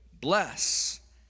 Bless